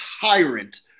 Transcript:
tyrant